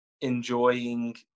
enjoying